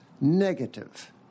negative